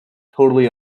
totally